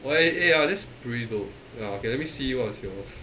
!wah! eh eh ya that's pretty dope ya okay let me see what's yours